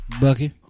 Bucky